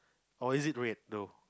or is it red though